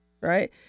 right